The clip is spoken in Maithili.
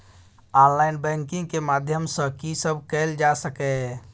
ऑनलाइन बैंकिंग के माध्यम सं की सब कैल जा सके ये?